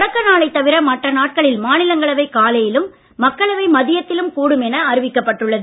தொடக்க நாளைத் தவிர மற்ற நாட்களில் மாநிலங்களவை காலையிலும் மக்களவை மதியத்திலும் கூடும் என அறிவிக்கப்பட்டுள்ளது